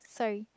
sorry